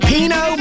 Pino